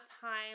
time